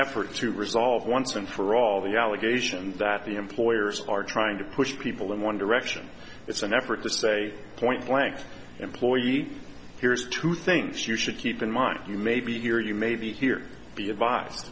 effort to resolve once and for all the allegations that the employers are trying to push people in one direction it's an effort to say point blank employee here's two things you should keep in mind you may be here you may be here be advi